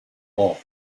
all